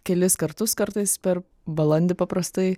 kelis kartus kartais per balandį paprastai